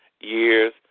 years